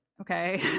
Okay